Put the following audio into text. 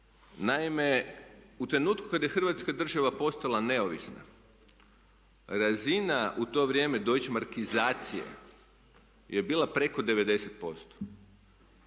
Naime, u trenutku kad je Hrvatska država postala neovisna razina u to vrijeme deutschemarkizacije je bila preko 90%.